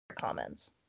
comments